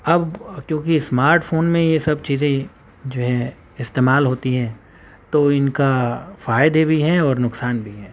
اب کیونکہ smartphone میں یہ سب چیزیں جو ہیں استعمال ہوتی ہیں تو ان کا فائدے بھی ہیں اور نقصان بھی ہیں